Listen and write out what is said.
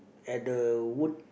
at the wood